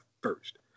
first